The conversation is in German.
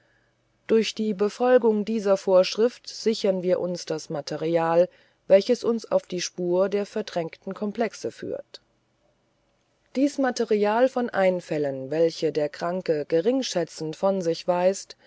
durch die befolgung dieser vorschrift sichern wir uns das material welches uns auf die spur der verdrängten komplexe führt dies material von einfällen welche der kranke geringschätzend von sich weist